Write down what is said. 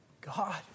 God